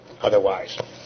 otherwise